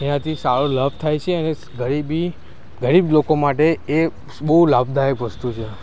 એનાથી સારો લાભ થાય છે અને ગરીબી ગરીબ લોકો માટે એ બહુ લાભદાયક વસ્તુ છે